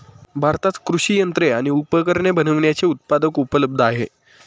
भारतात कृषि यंत्रे आणि उपकरणे बनविण्याचे उत्पादक उपलब्ध आहे